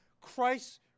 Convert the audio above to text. Christ